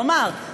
כלומר,